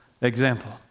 example